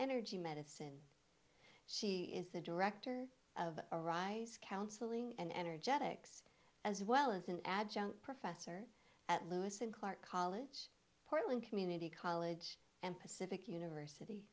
energy medicine she is the director of arise counseling and energetics as well as an adjunct professor at lewis and clark college portland community college and pacific university